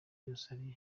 byose